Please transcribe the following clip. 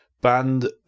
banned